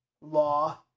law